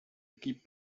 gibt